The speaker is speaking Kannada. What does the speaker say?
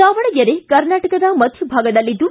ದಾವಣಗೆರೆ ಕರ್ನಾಟಕದ ಮಧ್ಯ ಭಾಗದಲ್ಲಿದ್ದು